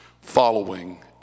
following